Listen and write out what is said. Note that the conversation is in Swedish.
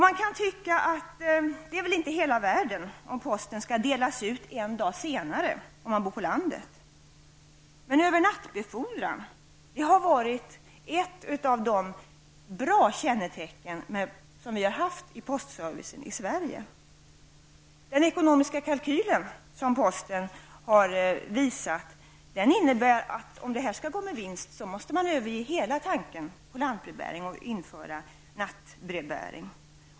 Man kan tycka att det inte är hela världen om posten delas ut en dag senare på landsbygden. Men nattbefordran har varit ett av de bra kännetecken som vi har haft av postservice i Sverige. Postens ekonomiska kalkyl innebär att om detta skall gå med vinst måste man överge hela tanken på lantbrevbäring och införa nattbrevbäring.